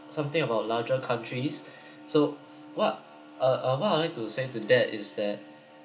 something about larger countries so what uh uh what I would like to say to that is that